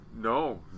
No